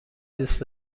دوست